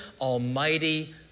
almighty